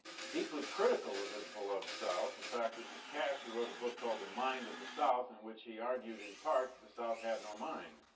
deeply critical of his beloved south. in fact it was cash who wrote a book called the mind of the south in which he argued, in part, that the south had no mind.